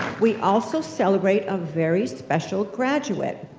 we also celebrate a very special graduate,